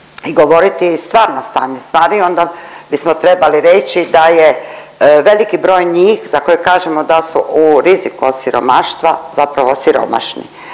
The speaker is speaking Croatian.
i govoriti stvarno stanje stvari onda bismo trebali reći da je veliki broj njih za koje kažemo da su u riziku od siromaštva, zapravo siromašni.